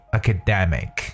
academic